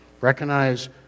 Recognize